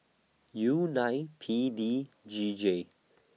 U nine P D G J